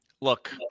Look